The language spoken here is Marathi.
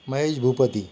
महेश भूपति